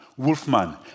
Wolfman